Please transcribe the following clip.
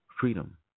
freedom